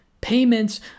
payments